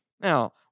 Now